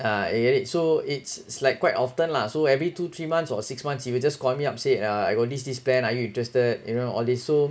uh it so it's like quite often lah so every two three months or six months he will just call me up say uh I got this this plan are you interested you know all this so